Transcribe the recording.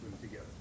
together